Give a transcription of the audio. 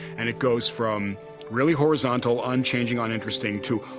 and it goes from really horizontal, unchanging, uninteresting, to,